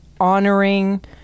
honoring